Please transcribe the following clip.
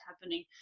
happening